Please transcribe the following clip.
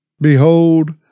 Behold